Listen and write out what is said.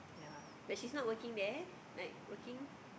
but she's not working there like working